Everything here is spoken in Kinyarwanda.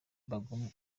baguma